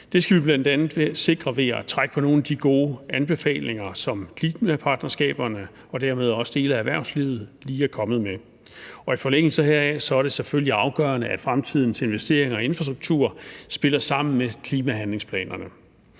Det skal vi bl.a. sikre ved at trække på nogle af de gode anbefalinger, som klimapartnerskaberne og dermed også dele af erhvervslivet lige er kommet med, og i forlængelse heraf er det selvfølgelig afgørende, at fremtidens investeringer i infrastruktur spiller sammen med klimahandlingsplanerne.